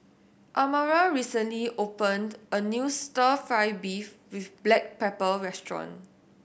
Amara recently opened a new Stir Fry beef with black pepper restaurant